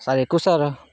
sir ఎక్కువ sir